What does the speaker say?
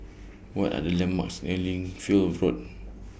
What Are The landmarks near Lichfield Road